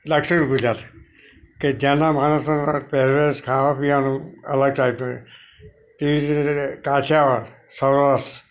દક્ષિણ ગુજરાત કે જ્યાંના માણસોના અમારા પેરવેશ ખાવા પીવાનું અલગ થાય છે તે જ રીતે કાઠિયાવાડ સૌરાસ્ટ